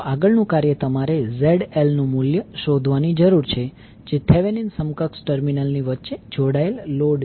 આગળનું કાર્ય તમારે ZL નું મૂલ્ય શોધવાની જરૂર છે જે થેવેનીન સમકક્ષ ટર્મિનલની વચ્ચે જોડાયેલ લોડ છે